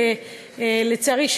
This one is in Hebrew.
לצערי,